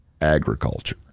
Agriculture